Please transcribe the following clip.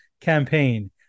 campaign